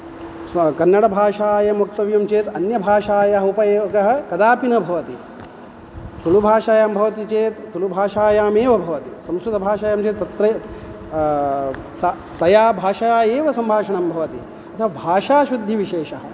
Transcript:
स्व कन्नडभाषायां वक्तव्यं चेत् अन्यभाषायाः उपयोगः कदापि न भवति तुळुभाषायां भवति चेत् तुळुभाषायामेव भवति संस्कृतभाषायां चेत् तत्रै सा तया भाषया एव सम्भाषणं भवति भाषाशुद्धिविशेषः